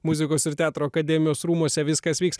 muzikos ir teatro akademijos rūmuose viskas vyks